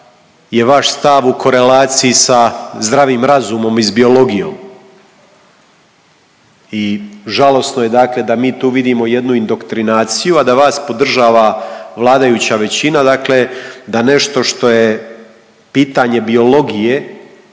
je vaš stav u korelaciji sa zdravim razumom i s biologijom. I žalosno je dakle da mi tu vidimo jednu indoktrinaciju, a da vas podržava vladajuća većina, dakle da nešto što je pitanje biologije